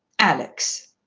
alex!